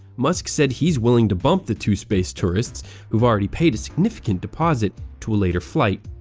musk said he's willing to bump the two space tourists who've already paid a significant deposit to a later flight.